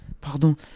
pardon